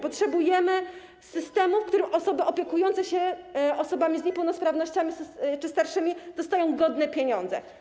Potrzebujemy systemu, w którym osoby opiekujące się osobami z niepełnosprawnościami czy starszymi dostają godne pieniądze.